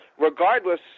Regardless